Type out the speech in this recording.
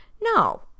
no